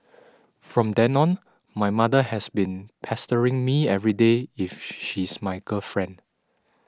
from then on my mother has been pestering me everyday if she's my girlfriend